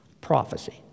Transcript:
Prophecy